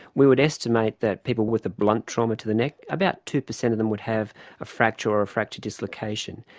we would estimate that people with a blunt trauma to the neck, about two percent of them would have a fracture or a fracture dislocation.